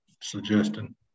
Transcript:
suggesting